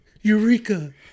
Eureka